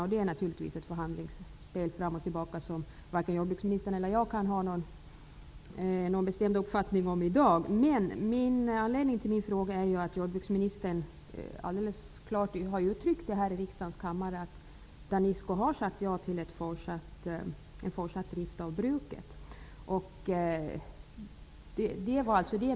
Det pågår här naturligtvis ett förhandlingsspel, som varken jordbruksministern eller jag kan ha någon bestämd uppfattning om i dag, men anledningen till min fråga är att jordbruksministern alldeles klart har uttryckt i riksdagens kammare att Danisco har sagt ja till en fortsatt drift av bruket.